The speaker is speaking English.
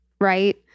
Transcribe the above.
right